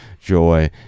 joy